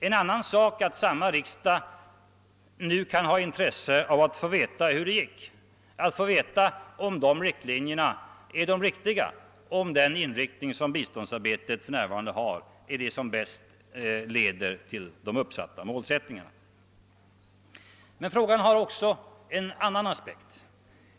En annan sak är att samma riksdag nu kan ha intresse av att få veta hur det gick, om den inriktning som biståndsarbetet för närvarande har är den som är bäst ägnad att leda till att de uppställda målsättningarna uppfylls. Men frågan har också en annan aspekt.